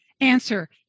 answer